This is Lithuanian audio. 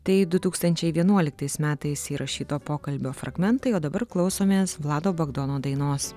tai du tūkstančiai vienuoliktais metais įrašyto pokalbio fragmentai o dabar klausomės vlado bagdono dainos